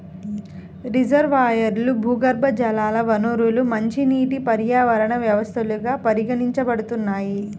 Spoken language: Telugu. రిజర్వాయర్లు, భూగర్భజల వనరులు మంచినీటి పర్యావరణ వ్యవస్థలుగా పరిగణించబడతాయి